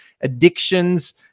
addictions